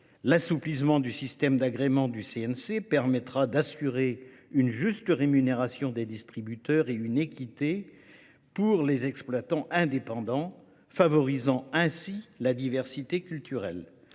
L’assouplissement du système d’agrément du CNC permettra d’assurer une juste rémunération des distributeurs et une équité d’accès pour les exploitants indépendants, favorisant ainsi la diversité culturelle.